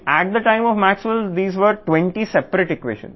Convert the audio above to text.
మళ్లీ మాక్స్వెల్ టైమ్లో ఇవి 20 వేర్వేరు ఈక్వేషన్లు